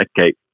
okay